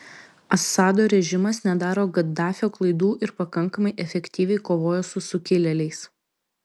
assado režimas nedaro gaddafio klaidų ir pakankamai efektyviai kovoja su sukilėliais